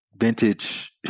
vintage